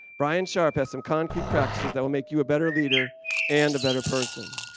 brian sharp has some concrete practices that'll make you a better leader and a better person.